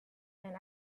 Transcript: and